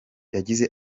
yagize